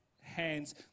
hands